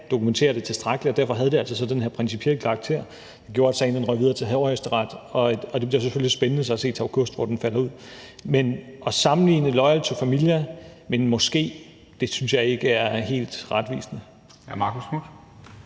dokumentere det tilstrækkeligt. Derfor har den altså den her principielle karakter, der gør, at sagen er gået videre til Højesteret. Det bliver selvfølgelig spændende at se til august, hvordan den falder ud. Men det at sammenligne Loyal To Familia med en moské synes jeg ikke er helt retvisende. Kl.